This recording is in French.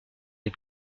des